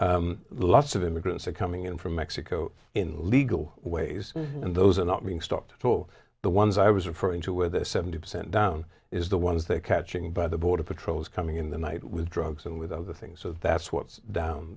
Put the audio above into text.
reasons lots of immigrants are coming in from mexico in legal ways and those are not being stopped talking the ones i was referring to where the seventy percent down is the ones they're catching by the border patrol is coming in the night with drugs and with other things so that's what's down